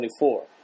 24